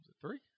three